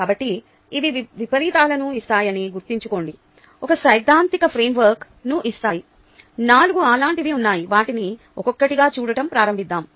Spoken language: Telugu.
కాబట్టి ఇవి విపరీతాలను ఇస్తాయని గుర్తుంచుకోండి ఇవి సైద్ధాంతిక ఫ్రేమ్వర్క్ను ఇస్తాయి 4 అలాంటివి ఉన్నాయి వాటిని ఒక్కొక్కటిగా చూడటం ప్రారంభిద్దాం